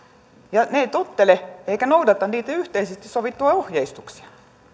ja ne eivät tottele eivätkä noudata niitä yhteisesti sovittuja ohjeistuksia ja